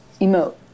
Emote